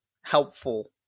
helpful